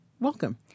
Welcome